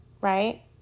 right